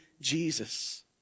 Jesus